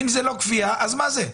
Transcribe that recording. אם זאת לא כפייה, אז מה זה?